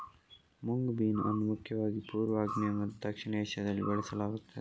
mung bean ಅನ್ನು ಮುಖ್ಯವಾಗಿ ಪೂರ್ವ, ಆಗ್ನೇಯ ಮತ್ತು ದಕ್ಷಿಣ ಏಷ್ಯಾದಲ್ಲಿ ಬೆಳೆಸಲಾಗುತ್ತದೆ